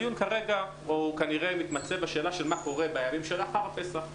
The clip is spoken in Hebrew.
הדיון כרגע מתמצה בשאלה מה קורה בימים שלאחר הפסח?